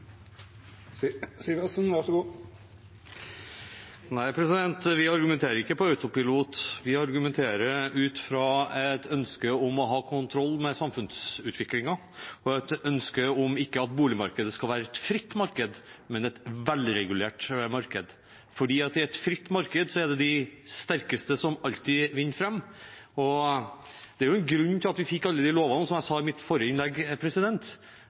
Vi argumenterer ikke på autopilot. Vi argumenterer ut fra et ønske om å ha kontroll med samfunnsutviklingen og et ønske om at boligmarkedet ikke skal være et fritt marked, men et velregulert marked, for i et fritt marked er det de sterkeste som alltid vinner fram. Det er en grunn til at vi fikk alle disse lovene, som jeg sa i mitt forrige innlegg.